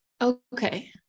Okay